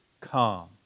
calm